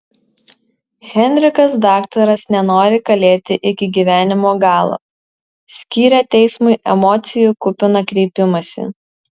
henrikas daktaras nenori kalėti iki gyvenimo galo skyrė teismui emocijų kupiną kreipimąsi